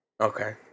Okay